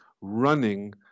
running